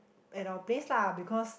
at our place lah because